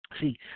See